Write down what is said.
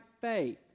faith